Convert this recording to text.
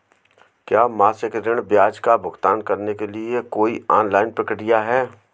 क्या मासिक ऋण ब्याज का भुगतान करने के लिए कोई ऑनलाइन प्रक्रिया है?